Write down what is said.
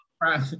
right